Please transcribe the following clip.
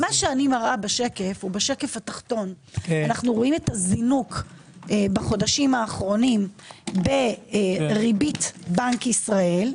אנו רואים בשקפים האלה את הזינוק בחודשים האחרונים בריבית בנק ישראל.